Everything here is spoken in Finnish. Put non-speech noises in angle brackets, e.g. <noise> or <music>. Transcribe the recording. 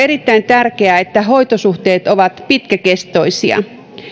<unintelligible> erittäin tärkeää että hoitosuhteet ovat pitkäkestoisia